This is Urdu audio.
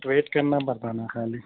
ویٹ کرنا پڑتا ہے نا خالی